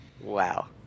Wow